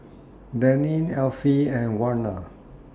Daneen Effie and Warner